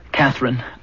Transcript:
Catherine